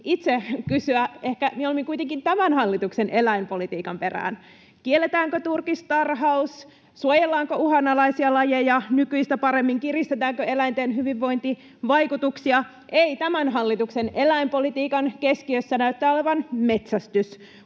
itse kysyä, ehkä mieluummin kuitenkin tämän hallituksen eläinpolitiikan perään. Kielletäänkö turkistarhaus, suojellaanko uhanalaisia lajeja nykyistä paremmin, kiristetäänkö eläinten hyvinvointivaatimuksia? Ei, tämän hallituksen eläinpolitiikan keskiössä näyttää olevan metsästys.